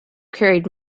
carried